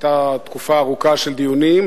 היתה תקופה ארוכה של דיונים,